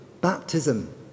baptism